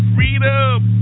Freedom